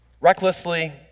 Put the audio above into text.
Recklessly